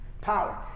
power